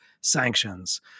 sanctions